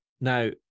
Now